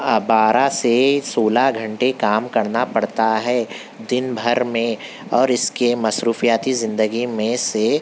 بارہ سے سولہ گھنٹے کام کرنا پڑتا ہے دِن بھر میں اور اِس کے مصروفیاتی زندگی میں سے